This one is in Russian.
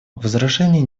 возражений